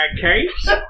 case